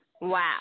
Wow